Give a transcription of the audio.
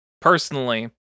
personally